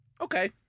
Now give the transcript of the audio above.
Okay